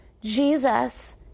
Jesus